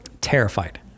Terrified